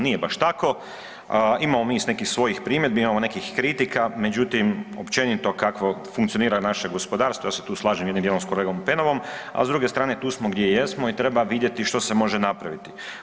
Nije baš tako, imamo mi i nekih svojih primjedbi, imamo nekih kritika, međutim, općenito kako funkcionira naše gospodarstvo, ja se tu slažem jednim dijelom s kolegom Penavom, a s druge strane, tu smo gdje jesmo i treba vidjeti što se može napraviti.